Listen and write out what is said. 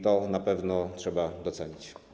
To na pewno trzeba docenić.